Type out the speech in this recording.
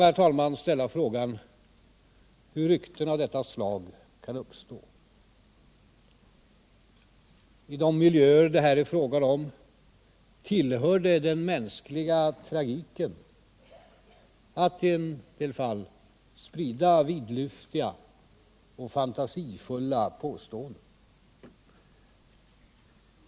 herr talman, ställa frågan hur rykten av detta slag kan uppstå. I de miljöer det här är fråga om tillhör det den mänskliga tragiken att i en det fall sprida vidlyftiga och fantasifulla påståenden.